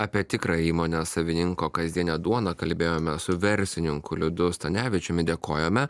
apie tikrą įmonės savininko kasdienę duoną kalbėjome su verslininku liudu stanevičiumi dėkojame